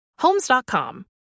Homes.com